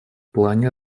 плане